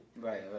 Right